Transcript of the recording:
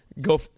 Go